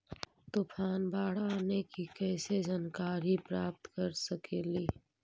तूफान, बाढ़ आने की कैसे जानकारी प्राप्त कर सकेली?